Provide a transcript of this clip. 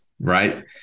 right